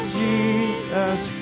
jesus